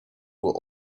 were